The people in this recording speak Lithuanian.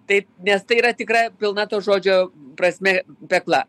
tai nes tai yra tikra pilna to žodžio prasme pekla